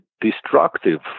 destructive